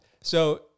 So-